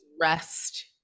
Rest